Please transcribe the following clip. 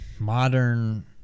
Modern